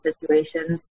situations